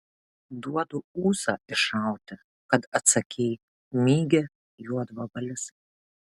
duodu ūsą išrauti kad atsakei mygia juodvabalis